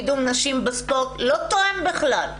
קידום נשים בספורט לא תואם בכלל,